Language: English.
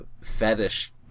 fetish